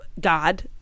God